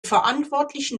verantwortlichen